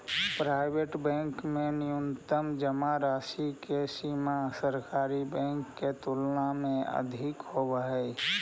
private bank में न्यूनतम जमा राशि के सीमा सरकारी बैंक के तुलना में अधिक होवऽ हइ